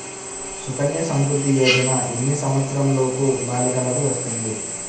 సుకన్య సంవృధ్ది యోజన ఎన్ని సంవత్సరంలోపు బాలికలకు వస్తుంది?